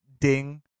Ding